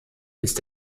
ist